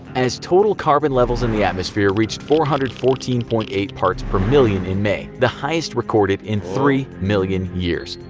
as total carbon levels in the atmosphere reached four hundred and fourteen point eight parts per million in may, the highest recorded in three million years.